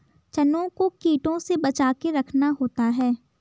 चनों को कीटों से बचाके रखना होता है